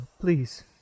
please